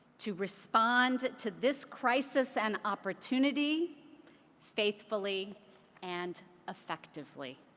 to respond to this crisis and opportunity faithfully and effectively.